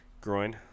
Groin